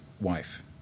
wife